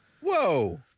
Whoa